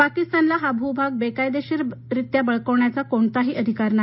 पाकीस्तानला हा भूभाग बेकायदेशीररित्या बळकावण्याचा कोणताही अधिकार नाही